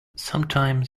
sometimes